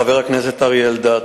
חבר הכנסת אריה אלדד,